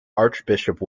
archbishop